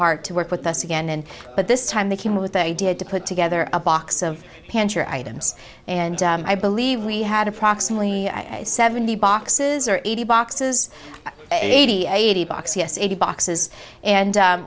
heart to work with us again but this time they came with the idea to put together a box of pants or items and i believe we had approximately seventy boxes or eighty boxes eighty eighty box yes eighty boxes and